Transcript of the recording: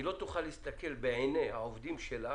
היא לא תוכל להסתכל בעיני העובדים שלה